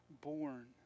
born